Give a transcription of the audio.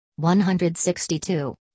162